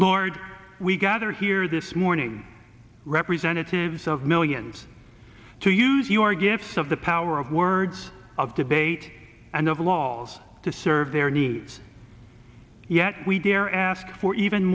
lord we gather here this morning representatives of millions to use your gifts of the power of words of debate and of laws to serve their needs yet we dare ask for even